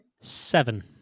seven